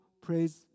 praise